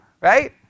right